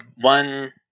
one